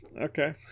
Okay